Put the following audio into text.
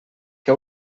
que